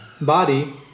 body